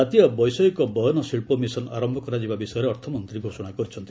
ଜାତୀୟ ବୈଷୟିକ ବୟନ ଶିଳ୍ପ ମିଶନ ଆରମ୍ଭ କରାଯିବା ବିଷୟରେ ଅର୍ଥମନ୍ତ୍ରୀ ଘୋଷଣା କରିଛନ୍ତି